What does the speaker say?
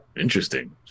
Interesting